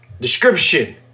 description